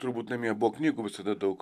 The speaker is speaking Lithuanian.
turbūt namie buvo knygų visada daug